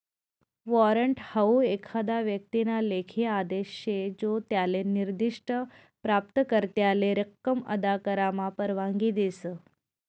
warrant हाऊ एखादा व्यक्तीना लेखी आदेश शे जो त्याले निर्दिष्ठ प्राप्तकर्त्याले रक्कम अदा करामा परवानगी देस